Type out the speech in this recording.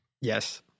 Yes